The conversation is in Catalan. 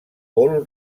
paul